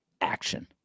Action